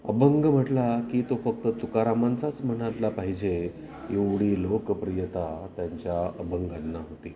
अभंग म्हटला की तो फक्त तुकारामांचाच मनातला पाहिजे एवढी लोकप्रियता त्यांच्या अभंगांना होती